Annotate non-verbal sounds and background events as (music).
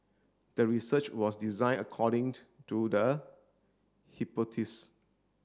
the research was designed according to the (unintelligible)